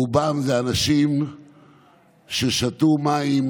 רובם הם אנשים ששתו מים